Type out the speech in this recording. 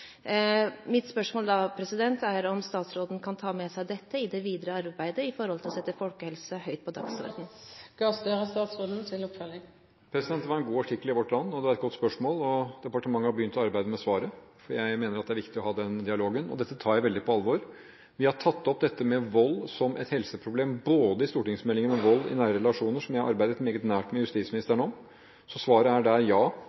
Mitt spørsmål er om statsråden kan ta med seg dette i det videre arbeidet med hensyn til å sette folkehelse høyt på dagsordenen. Det var en god artikkel i Vårt Land, og det er et godt spørsmål. Departementet har begynt arbeidet med svaret. Jeg mener at det er viktig å ha den dialogen, og dette tar jeg veldig på alvor. Vi har tatt opp dette med vold som et helseproblem også i stortingsmeldingen om vold i nære relasjoner, som jeg arbeidet meget nært med justisministeren om. Svaret er ja,